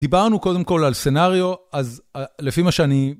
דיברנו קודם כל על סנאריו, אז לפי מה שאני...